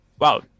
wow